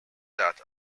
that